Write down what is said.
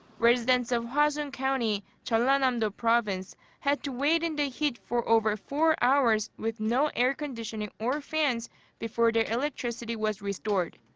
residents of hwasun county, jeollanam-do province had to wait in the heat for over four hours with no air conditioning or fans before their electricity was restored.